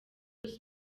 bruce